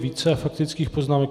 Více faktických poznámek.